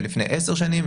ולפני 10 שנים,